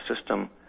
system